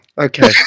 Okay